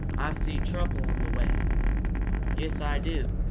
ah see trouble on the way yes, ah do!